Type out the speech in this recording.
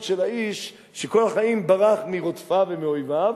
של האיש שכל החיים ברח מרודפיו ומאויביו.